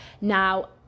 Now